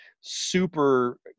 super